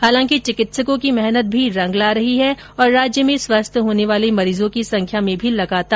हालांकि चिकित्सकों की मेहनत भी रंग ला रही है और राज्य में स्वस्थ होने वाले मरीजों की संख्या में भी लगातार इजाफा हो रहा है